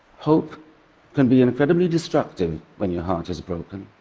hope can be incredibly destructive when your heart is broken.